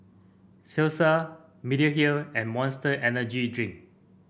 Cesar Mediheal and Monster Energy Drink